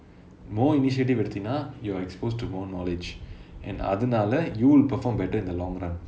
more initiative எடுத்தீனா:edutheena you're exposed to more knowledge and அதுனாலே:athunaalae you will perform better in the long run